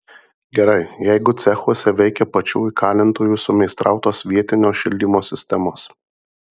gerai jeigu cechuose veikia pačių įkalintųjų sumeistrautos vietinio šildymo sistemos